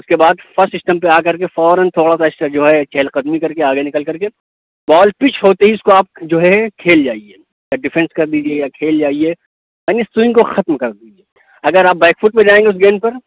اُس کے بعد فسٹ اسٹمپ پہ آ کر کے فوراً تھوڑا سا اِس پہ جو ہے چہل قدمی کر کے آگے نکل کر کے بال پچ ہوتے ہی اِس کو آپ جو ہے کھیل جائیے یا ڈفنس کر دیجیے یا کھیل جائیے یعنی سونگ کو ختم کر دیجیے اگر آپ بیک فٹ پہ جائیں گے اُس گیند پر